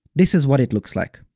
this is what it looks like.